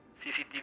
CCTV